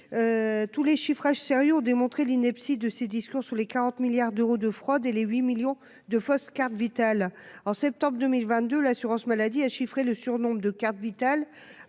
tous les chiffrages sérieux démontrer l'ineptie de ses discours sur les 40 milliards d'euros de fraude et les 8 millions de fausses cartes vitales en septembre 2022, l'assurance maladie a chiffré le surnombre de carte vitale